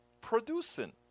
producing